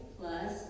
plus